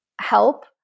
help